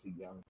young